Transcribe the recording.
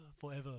forever